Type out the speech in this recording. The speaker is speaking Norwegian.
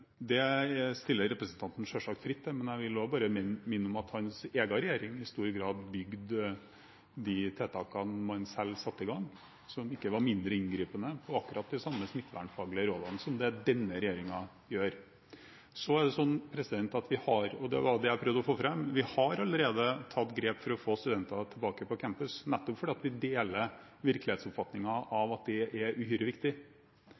Det står representanten selvsagt fritt til å gjøre, men jeg vil også bare minne om at hans egen regjering i stor grad bygde de tiltakene man selv satte i gang – tiltak som ikke var mindre inngripende – på akkurat de samme smittevernfaglige rådene som denne regjeringen gjør bruk av. Det jeg prøvde å få fram, var at vi har allerede tatt grep for å få studenter tilbake på campus, nettopp fordi vi deler